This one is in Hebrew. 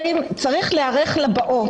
צריך להיערך לבאות.